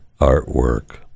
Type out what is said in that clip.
artwork